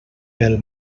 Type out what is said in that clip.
pel